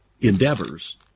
endeavors